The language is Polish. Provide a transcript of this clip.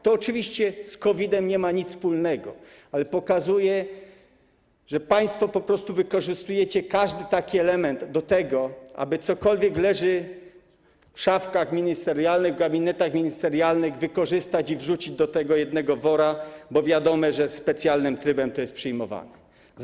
To oczywiście z COVID-em nie ma nic wspólnego, ale pokazuje, że państwo po prostu wykorzystujecie każdy taki element do tego, aby cokolwiek, co leży w szafkach ministerialnych, w gabinetach ministerialnych, wykorzystać i wrzucić do tego jednego wora, bo wiadomo, że jest to przyjmowane w specjalnym trybie.